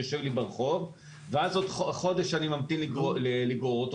נשאר ברחוב ואז עוד חודש אני ממתין לגרור אותו.